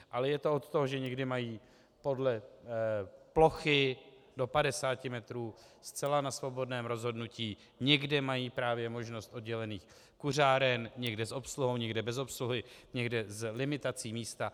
Ale je to od toho, že někde mají podle plochy do 50 metrů zcela na svobodném rozhodnutí, někde mají právě možnost oddělených kuřáren, někde s obsluhou, někde bez obsluhy, někde s limitací místa.